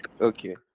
Okay